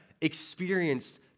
experienced